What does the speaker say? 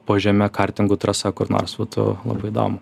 po žeme kartingų trasa kur nors būtų labai įdomu